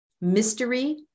mystery